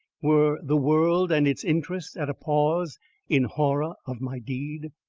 were the world and its interests at a pause in horror of my deed?